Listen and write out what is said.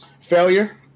Failure